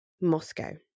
Moscow